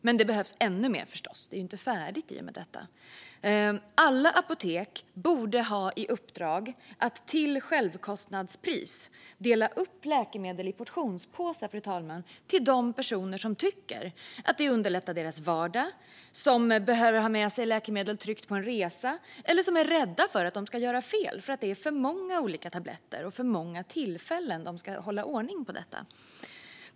Men det behövs förstås ännu mer. Det är inte färdigt i och med detta. Alla apotek borde ha i uppdrag att till självkostnadspris dela upp läkemedel i portionspåsar till personer som tycker att det underlättar deras vardag, som behöver ha med sig läkemedel tryggt på en resa eller som är rädda för att de ska göra fel för att det är för många olika tabletter och tillfällen att hålla ordning på.